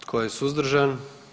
Tko je suzdržan?